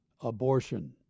abortion